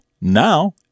Now